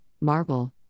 Marble